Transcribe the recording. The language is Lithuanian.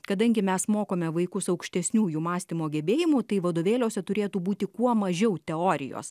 kadangi mes mokome vaikus aukštesniųjų mąstymo gebėjimų tai vadovėliuose turėtų būti kuo mažiau teorijos